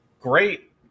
Great